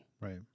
Right